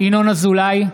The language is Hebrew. ינון אזולאי,